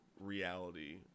reality